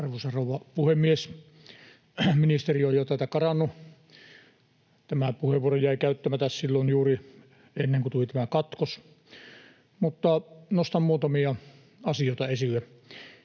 Arvoisa rouva puhemies! Ministeri on jo täältä karannut. Tämä puheenvuoro jäi käyttämättä silloin juuri ennen kuin tuli tämä katkos, mutta nostan muutamia asioita esille.